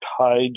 tied